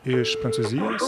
iš prancūzijos